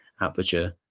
aperture